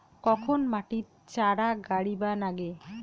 কখন মাটিত চারা গাড়িবা নাগে?